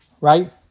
Right